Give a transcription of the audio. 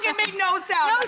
yeah made no sound.